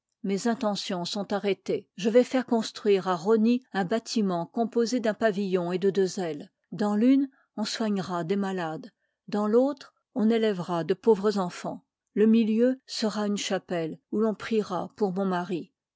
mes intentions liv ii sont arrêtées je vais faire construire à rosnj un bâtiment composé t un pavillon et de deux ailes dans l'une on soignera des malades dans vautre on élèvera de pauvres enfans le milieu sera une cliay pelle oà l'on priera pour mon